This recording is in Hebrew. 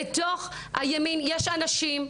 בתוך הימין יש אנשים,